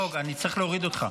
לא, אלמוג, אני אצטרך להוריד אותך.